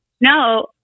No